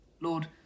Lord